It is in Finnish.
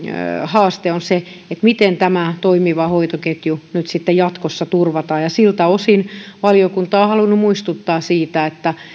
haaste on se miten tämä toimiva hoitoketju nyt sitten jatkossa turvataan ja siltä osin valiokunta on halunnut muistuttaa siitä että